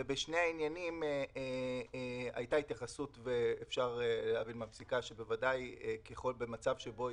בשני העניינים הייתה התייחסות ואפשר להבין מהפסיקה שבוודאי במצב,